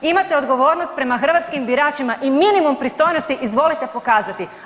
Imate odgovornost prema hrvatskim biračima i minimum pristojnosti izvolite pokazati.